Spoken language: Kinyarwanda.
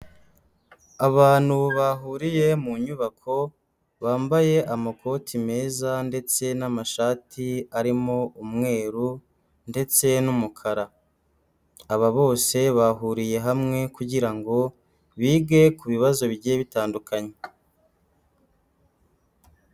Abantu bahuriye mu nyubako bambaye amakoti meza ndetse n'amashati arimo umweru ndetse n'umukara. Aba bose bahuriye hamwe kugira ngo bige ku bibazo bigiye bitandukanye.